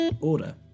order